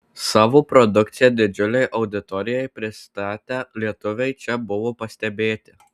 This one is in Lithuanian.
savo produkciją didžiulei auditorijai pristatę lietuviai čia buvo pastebėti